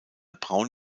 braun